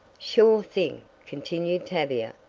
sure thing, continued tavia,